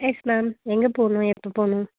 S ma'am எங்கே போகணும் எப்போ போகணும்